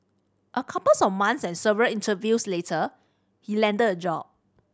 a couples of months and several interviews later he landed a job